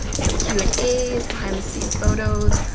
some q and a's, behind the scenes photos,